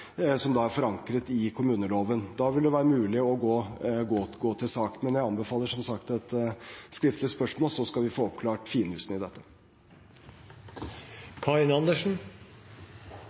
som er forankret i kommuneloven. Da vil det være mulig å gå til sak. Men jeg anbefaler, som sagt, et skriftlig spørsmål. Så skal vi få oppklart finjussen i dette.